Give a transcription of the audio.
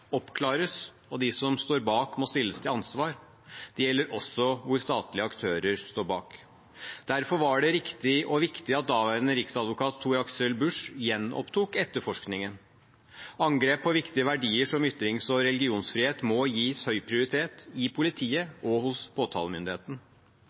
oppklares, og de som står bak, må stilles til ansvar. Det gjelder også der statlige aktører står bak. Derfor var det riktig og viktig at daværende riksadvokat, Tor-Aksel Busch, gjenopptok etterforskningen. Angrep på viktige verdier som ytrings- og religionsfrihet må gis høy prioritet i politiet